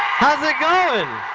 how's it going?